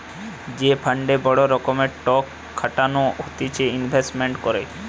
যে ফান্ডে বড় রকমের টক খাটানো হতিছে ইনভেস্টমেন্ট করে